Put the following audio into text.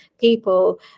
people